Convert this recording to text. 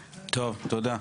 תודה.